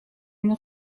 une